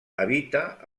habita